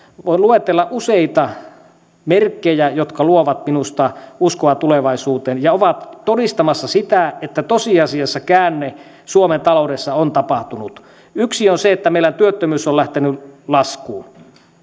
voin luetella useita merkkejä jotka luovat minusta uskoa tulevaisuuteen ja ovat todistamassa sitä että tosiasiassa käänne suomen taloudessa on tapahtunut yksi on se että meillä työttömyys on lähtenyt laskuun